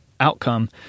outcome